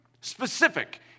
specific